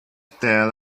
there